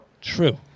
True